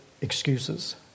Excuses